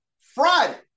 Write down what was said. Friday